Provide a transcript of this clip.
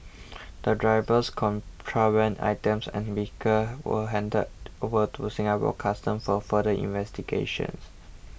the drivers contraband items and vehicles were handed over to Singapore Customs for further investigations